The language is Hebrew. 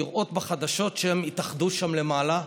לראות בחדשות שהם התאחדו שם למעלה,